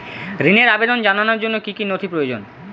ঋনের আবেদন জানানোর জন্য কী কী নথি প্রয়োজন?